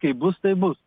kaip bus tai bu